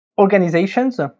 organizations